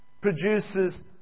produces